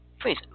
Please